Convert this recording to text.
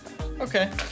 Okay